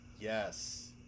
Yes